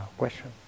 question